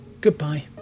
goodbye